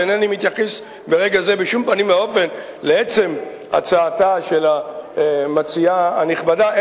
ואינני מתייחס ברגע זה בשום פנים ואופן לעצם הצעתה של המציעה הנכבדה,